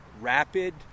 rapid